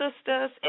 Sisters